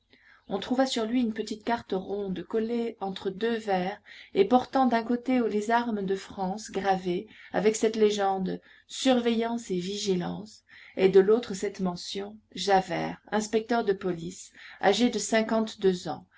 on trouva sur lui une petite carte ronde collée entre deux verres et portant d'un côté les armes de france gravées avec cette légende surveillance et vigilance et de l'autre cette mention javert inspecteur de police âgé de cinquante-deux ans